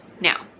Now